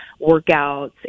workouts